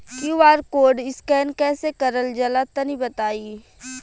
QR code scan कैसे क़रल जला तनि बताई?